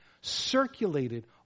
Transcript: circulated